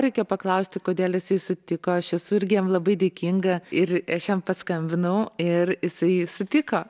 reikia paklausti kodėl jisai sutiko aš esu irgi jam labai dėkinga ir aš jam paskambinau ir jisai sutiko